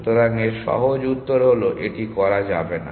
সুতরাং এর সহজ উত্তর হলো এটি করা যাবে না